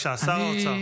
בבקשה, שר האוצר.